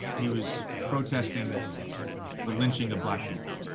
he was protesting the lynching of black people.